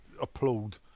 applaud